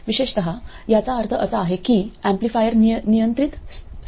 विशेषतः याचा अर्थ असा आहे की एम्पलीफायर नियंत्रित स्रोत आहेत